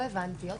לא הבנתי.